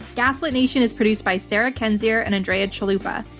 gaslit nation is produced by sarah kendzior and andrea chalupa.